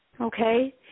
Okay